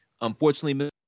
Unfortunately